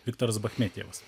viktoras bachmetjevas